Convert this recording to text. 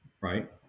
right